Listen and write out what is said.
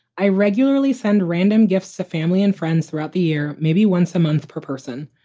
i regularly send random gifts to family and friends throughout the year, maybe once a month per person.